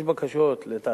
יש בקשות לתעשייה,